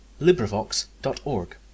LibriVox.org